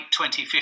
2050